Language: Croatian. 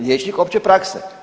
Liječnik opće prakse?